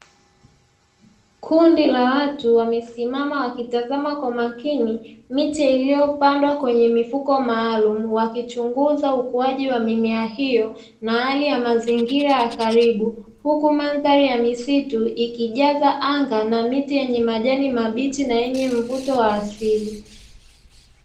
Kundi la watu wamesimama wakitazama kwa makini miti iliopandwa kwenye mifuko maalumu, wakichunguza ukuaji wa mimea hiyo na hali ya mazingira ya karibu huku, mandhari ya misitu ikijaza anga na miti yenye majani mabichi na yenye mvuto wa asili.